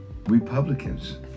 Republicans